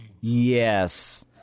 Yes